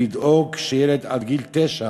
לדאוג שילד עד גיל תשע